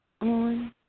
on